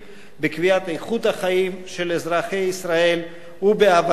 בקביעת איכות החיים של אזרחי ישראל ובהבנה של